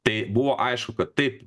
tai buvo aišku kad taip